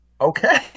okay